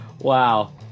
Wow